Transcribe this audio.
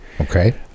Okay